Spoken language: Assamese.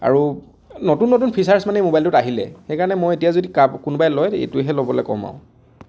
আৰু নতুন নতুন ফিচাৰছ মানে মোবাইলটোত আহিলে সেইকাৰণে মই এতিয়া যদি কোনোবাই লয় এইটোহে ল'বলৈ ক'ম আৰু